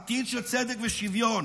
עתיד של צדק ושוויון.